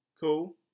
Cool